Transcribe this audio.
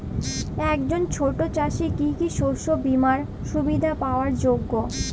একজন ছোট চাষি কি কি শস্য বিমার সুবিধা পাওয়ার যোগ্য?